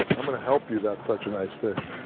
i'm going to help you, that's such a nice fish.